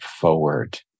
forward